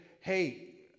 hey